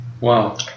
Wow